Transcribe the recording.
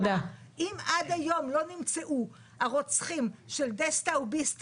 אם עד היום לא נמצאו הרוצחים של דסטאו ביסט